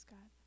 God